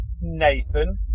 Nathan